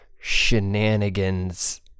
shenanigans